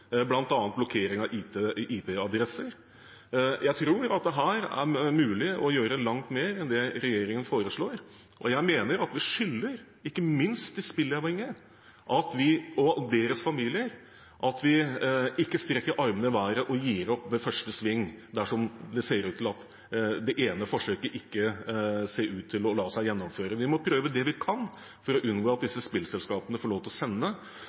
blokkering av IP-adresser. Jeg tror at det her er mulig å gjøre langt mer enn det regjeringen foreslår, og jeg mener at vi skylder ikke minst de spillavhengige og deres familier å ikke strekke armene i været og gi opp ved første sving dersom det ser ut til at det ene forsøket ikke lar seg gjennomføre. Vi må prøve det vi kan for å unngå at disse spillselskapene får lov til å sende